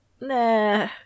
Nah